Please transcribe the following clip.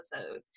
episode